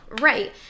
Right